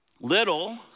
Little